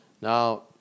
Now